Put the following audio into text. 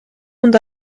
und